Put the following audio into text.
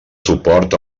suport